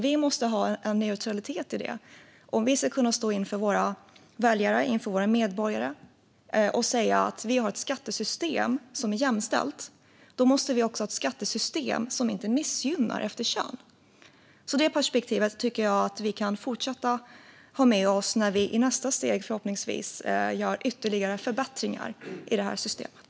Vi måste ha en neutralitet. Om vi ska kunna stå inför våra väljare och inför våra medborgare och säga att vi har ett skattesystem som är jämställt måste vi också ha ett skattesystem som inte missgynnar efter kön. Det perspektivet tycker jag att vi kan fortsätta ha med oss när vi i nästa steg förhoppningsvis gör ytterligare förbättringar av det här systemet.